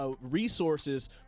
resources